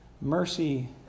Mercy